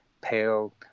pale